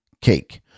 cake